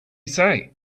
say